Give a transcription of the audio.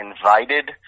invited